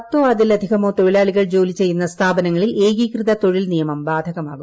പത്തോ അതിലധികമോ തൊഴിലാളികൾ ജോലി ചെയ്യുന്ന സ്ഥാപനങ്ങളിൽ ഏകീകൃത തൊഴിൽ നിയമം ബാധകമാകും